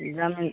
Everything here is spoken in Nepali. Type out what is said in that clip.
जमिन